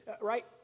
right